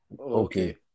okay